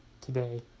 today